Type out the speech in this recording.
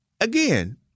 again